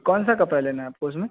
कौनसा कपड़ा लेना है आपको उसमें